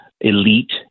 elite